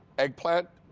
eggplant.